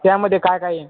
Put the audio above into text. त्यामध्ये काय काय येईन